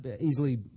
easily